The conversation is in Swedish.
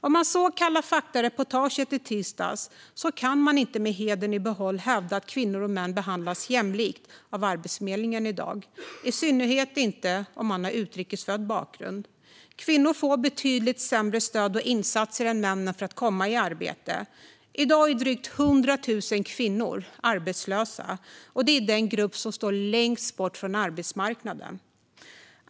Den som såg reportaget i Kalla fakta i tisdags kan inte med hedern i behåll hävda att kvinnor och män behandlas jämlikt av Arbetsförmedlingen i dag, i synnerhet inte utrikesfödda. Kvinnor får betydligt sämre stöd och insatser än männen för att komma i arbete. I dag är drygt 100 000 kvinnor arbetslösa, och det är den grupp som står längst bort från arbetsmarknaden.